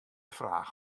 fraach